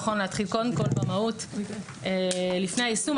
נכון להתחיל קודם כל במהות לפני היישום.